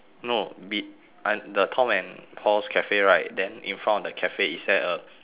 no be~ uh the tom and paul's cafe right then in front of the cafe is there a